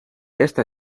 esta